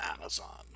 Amazon